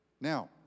Now